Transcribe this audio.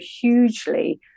hugely